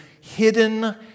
hidden